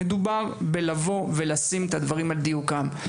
אלא בלבוא ולשים את הדברים על דיוקם.